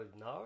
now